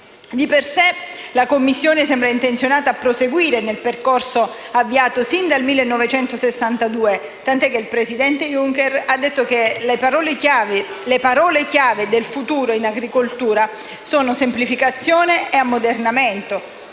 Di per sé, la Commissione sembra intenzionata a proseguire nel percorso avviato sin dal 1962, tant'è che il presidente Juncker ha detto che le parole chiave del futuro in agricoltura sono «semplificazione» e «ammodernamento»,